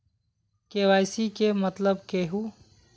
KYC के मतलब केहू?